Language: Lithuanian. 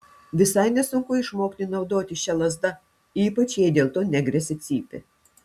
visai nesunku išmokti naudotis šia lazda ypač jei dėl to negresia cypė